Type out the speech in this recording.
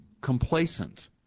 complacent